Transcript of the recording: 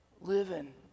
living